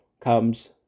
comes